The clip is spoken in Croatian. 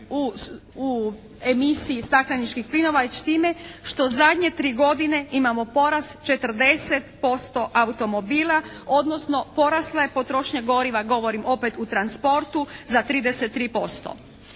o emisiji stakleničkih plinova već time što zadnje tri godine imamo porast 40% automobila odnosno porasla je potrošnja goriva, govorim opet u transportu za 33%.